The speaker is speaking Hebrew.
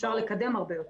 אפשר לקדם הרבה יותר.